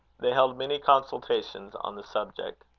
they held many consultations on the subject.